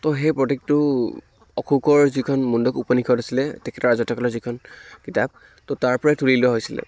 ত' সেই প্ৰতীকটো অশোকৰ যিখন মুণ্ডক উপনিষদ আছিলে তেখেতৰ ৰাজত্ব কালৰ যিখন কিতাপ ত' তাৰ পৰাই তুলি লোৱা হৈছিলে